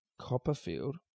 Copperfield